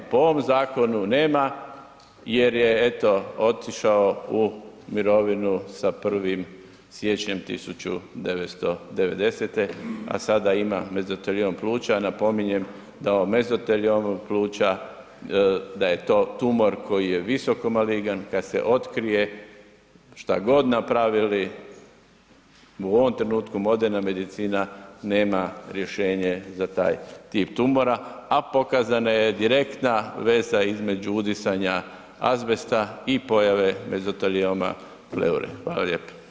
Po ovom zakonu nema jer je eto otišao u mirovinu sa 1. siječnjem 1990. a sada ima mezoteliom pluća, napominjem da mezoteliom pluća da je to tumor koji je visoko maligan, kad se otkrije, sta god napravili u ovom trenutku moderna medicina, nema rješenje za taj tip tumora a pokazana je direktna veza između udisanja azbesta i pojave mezotelioma pleure, hvala lijepo.